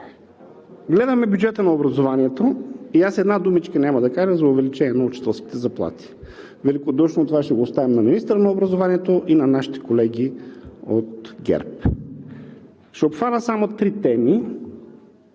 Гледаме бюджета на образованието и аз една думичка няма да кажа за увеличение на учителските заплати. Великодушно това ще оставим на министъра на образованието и на нашите колеги от ГЕРБ. Ще обхвана само три теми